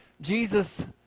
Jesus